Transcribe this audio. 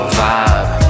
vibe